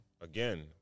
again